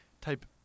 type